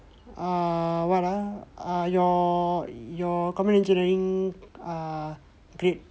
err what ah err your your common engineering err grade